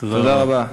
תודה רבה.